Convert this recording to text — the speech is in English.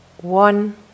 one